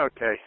Okay